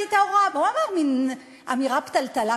מוצאי-שבת בבוקר.